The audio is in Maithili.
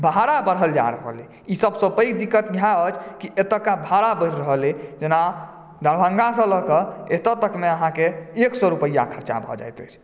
भाड़ा बढ़ल जा रहल अछि ई सभसँ पैघ दिक्कत इएह अछि की एतुका भाड़ा बढ़ि रहल अछि जेना दरभङ्गासँ लऽ कऽ एतय तकमे अहाँके एक सए रुपैआ खर्चा भऽ जाइत अछि